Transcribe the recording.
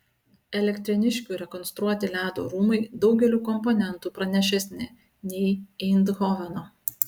elektrėniškių rekonstruoti ledo rūmai daugeliu komponentų pranašesni nei eindhoveno